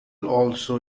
also